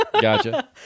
Gotcha